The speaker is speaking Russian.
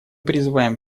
призываем